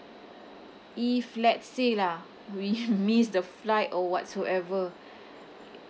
if let's say lah we miss the flight or whatsoever